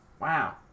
wow